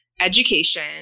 education